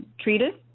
treated